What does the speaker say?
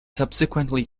subsequently